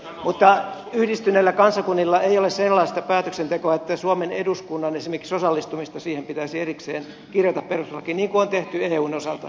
mutta yhdistyneillä kansakunnilla ei ole sellaista päätöksentekoa että esimerkiksi suomen eduskunnan osallistumista siihen pitäisi erikseen kirjata perustuslakiin niin kuin on tehty eun osalta